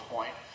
Point